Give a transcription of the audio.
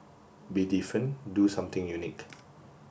be different do something unique